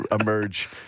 emerge